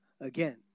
again